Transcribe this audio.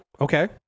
okay